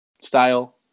style